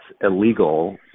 illegal